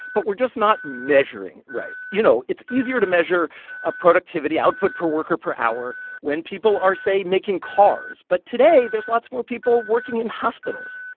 but we're just not measuring it right. you know, it's easier to measure ah productivity output per worker per hour when people are, say, making cars. but today there's lots more people working in hospitals,